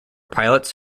pilots